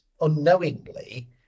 unknowingly